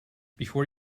before